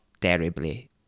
terribly